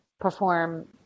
perform